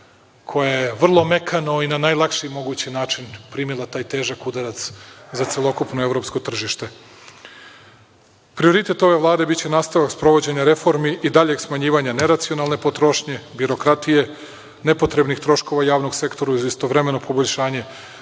koja je vrlo mekano i na najlakši mogući način primila taj težak udarac za celokupno evropsko tržište. Prioritet ove Vlade biće nastavak sprovođenja reformi i daljeg smanjivanja neracionalne potrošnje, birokratije, nepotrebnih troškova javnog sektora, uz istovremeno poboljšanje